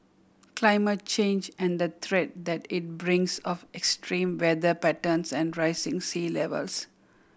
climate change and the threat that it brings of extreme weather patterns and rising sea levels